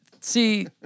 See